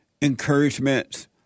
encouragements